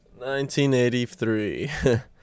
1983